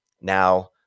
Now